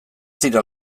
dira